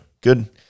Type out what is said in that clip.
Good